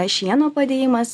šieno padėjimas